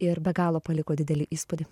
ir be galo paliko didelį įspūdį